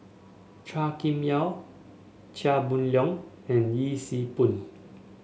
Chua Kim Yeow Chia Boon Leong and Yee Siew Pun